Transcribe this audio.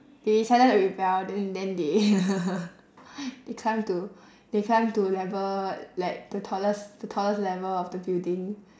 they decided to rebel then then they they climbed to they climbed to level like the tallest the tallest level of the building